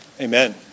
Amen